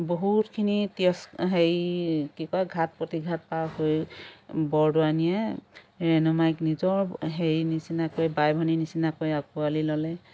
বহুতখিনি তিৰ হেৰি কি কয় ঘাত প্ৰতিঘাত পাৰ কৰি বৰদোৱানীয়ে ৰেণুমাইক নিজৰ হেৰি নিচিনাকৈ বাই ভনী নিচিনাকৈ আকোঁৱালি ল'লে